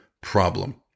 problem